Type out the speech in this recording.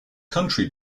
country